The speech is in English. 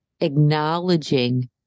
acknowledging